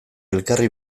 elkarri